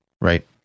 Right